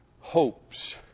hopes